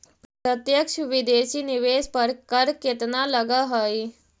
प्रत्यक्ष विदेशी निवेश पर कर केतना लगऽ हइ?